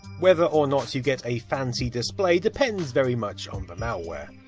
whether or not you get a fancy display, depends very much on the malware.